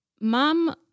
mom